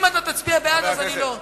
אם אתה תצביע בעד, אז אני לא,